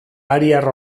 ariar